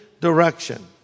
direction